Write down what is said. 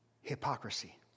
hypocrisy